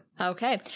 Okay